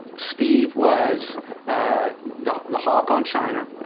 steve was the the hawk on china.